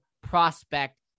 prospect